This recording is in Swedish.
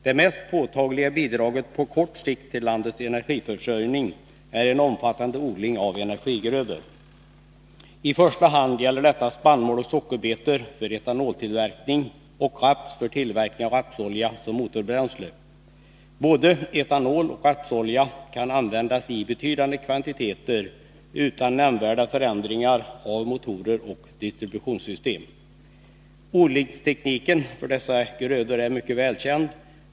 Det mest påtagliga bidraget på kort sikt till landets energiförsörjning är en omfattande odling av energigrödor. I första hand gäller detta spannmål och sockerbetor för etanoltillverkning och raps för tillverkning av rapsolja som motorbränsle. Både etanol och rapsolja kan användas i betydande kvantiteter utan nämnvärda förändringar av motorer och distributionssystem. Odlingstekniken för dessa grödor är mycket välkänd.